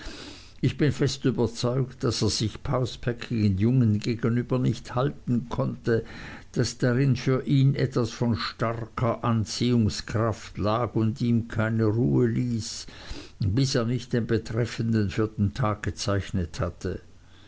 ich bin fest überzeugt da er sich pausbäckigen jungen gegen über nicht halten konnte daß darin für ihn etwas von starker anziehungskraft lag und ihm keine ruhe ließ bis er nicht den betreffenden für den tag gezeichnet hatte